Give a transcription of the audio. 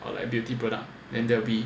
or like beauty product then that will be